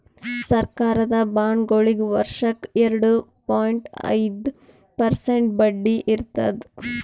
ಸರಕಾರದ ಬಾಂಡ್ಗೊಳಿಗ್ ವರ್ಷಕ್ಕ್ ಎರಡ ಪಾಯಿಂಟ್ ಐದ್ ಪರ್ಸೆಂಟ್ ಬಡ್ಡಿ ಇರ್ತದ್